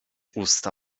usta